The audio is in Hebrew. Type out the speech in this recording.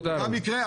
זה גם יקרה,